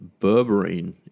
berberine